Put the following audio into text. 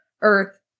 earth